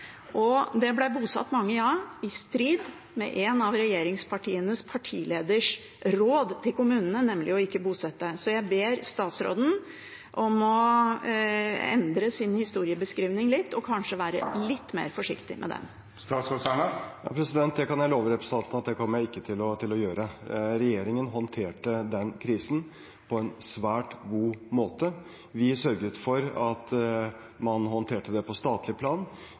Det ble bosatt mange, ja – i strid med rådet fra en av regjeringens partiledere til kommunene, nemlig om ikke å bosette. Så jeg ber statsråden om å endre sin historieskrivning litt og kanskje være litt mer forsiktig med den. Det kan jeg love representanten at det kommer jeg ikke til å gjøre. Regjeringen håndterte den krisen på en svært god måte. Vi sørget for at man håndterte det på statlig plan.